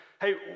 hey